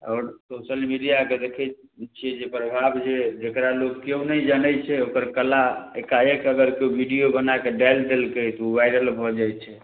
आओर सोशल मीडिआके देखै छिए जे प्रभाव जे जकरा लोक केओ नहि जानै छै ओकर कला एकाएक अगर केओ वीडिओ बनाकऽ डालि देलकै तऽ वाइरल भऽ जाइ छै